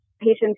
patients